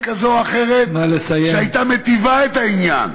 כזאת או אחרת שהייתה מיטיבה את העניין,